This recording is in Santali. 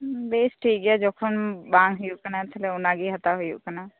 ᱵᱮᱥ ᱴᱷᱤᱠ ᱜᱮᱭᱟ ᱡᱚᱠᱷᱚᱱ ᱵᱟᱝ ᱦᱩᱭᱩᱜ ᱠᱟᱱᱟ ᱛᱟᱞᱦᱮ ᱚᱱᱟᱜᱮ ᱦᱟᱛᱟᱣ ᱦᱩᱭᱩᱜ ᱠᱟᱱᱟ